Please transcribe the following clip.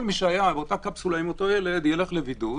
כל מי שהיה באותה קפסולה עם אותו ילד ילך לבידוד,